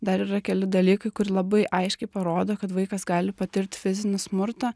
dar yra keli dalykai kurie labai aiškiai parodo kad vaikas gali patirt fizinį smurtą